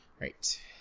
Right